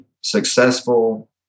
successful